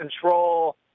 control